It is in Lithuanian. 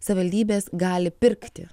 savivaldybės gali pirkti